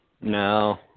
No